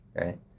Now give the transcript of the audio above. right